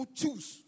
choose